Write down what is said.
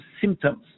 symptoms